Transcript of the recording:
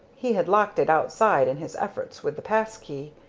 he had locked it outside in his efforts with the pass-key.